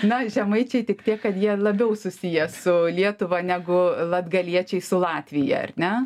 na žemaičiai tik tiek kad jie labiau susiję su lietuva negu latgaliečiai su latvija ar ne